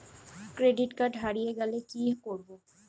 Credit card হারিয়ে গেলে কি করব?